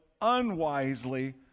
unwisely